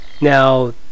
Now